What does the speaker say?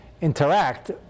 interact